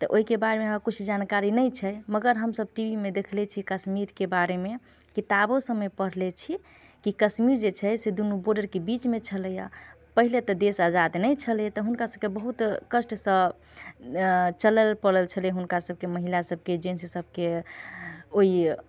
तऽ ओहिके बारेमे हमरा किछु जानकारी नहि छै मगर हमसब टी वी मे देखले छी कश्मीरके बारेमे किताबो सबमे पढ़ले छी की कश्मीर जे छै से दूनू बोर्डरके बीचमे छलैया पहिले तऽ देश आजाद नहि छलैया तऽ हुनका सबके बहुत कष्टसँ चलला पड़ैत छै हुनका सबके महिला सबके जेण्ट्स सबके ओहि